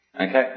Okay